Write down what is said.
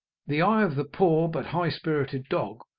the eye of the poor but high-spirited dog,